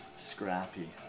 Scrappy